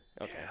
okay